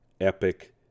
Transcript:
epic